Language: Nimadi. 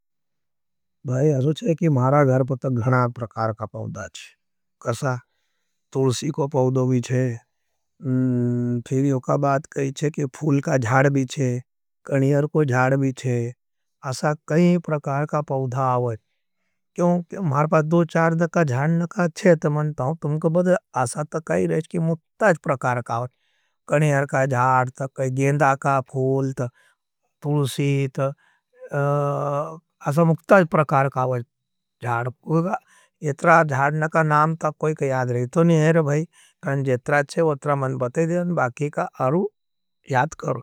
मारा घर पता गणा प्रकार का पाउदा है, कसा, तुलसी को पाउदो भी है, फूल का जाड़ भी है, कनियर को जाड़ भी है, असा कहीं प्रकार का पाउदा आवहई। कनियर का जाड़, जेंदा का फूल, तुलसी का पाउदा प्रकार का पाउदा है, जाड़ भी है। येत्रा जाड़ नका नाम ता कोई का याद रहतो नहीं है रभाई, जेत्रा चेव उत्रा मन बते देवन, बाकी का आरू याद करूँगा।